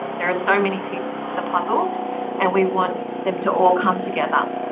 there are so many pieces to the puzzle and we want them to all come together.